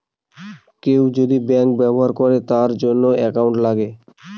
কেউ যদি ব্যাঙ্ক ব্যবহার করে তার জন্য একাউন্ট লাগে